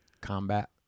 Combat